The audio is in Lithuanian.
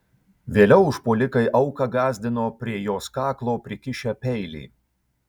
vėliau užpuolikai auką gąsdino prie jos kaklo prikišę peilį